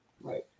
Right